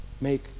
make